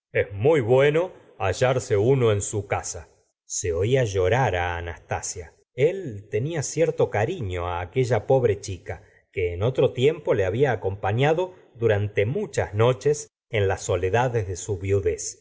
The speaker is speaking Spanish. es muy bueno hallarse uno en su casa se ola llorar a anastasia el tenia cierto cariflo la señora de bovary aquella pobre chica que en otro tiempo le había acompañado durante muchas noches en las soledades de su viudez